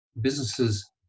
businesses